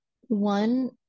one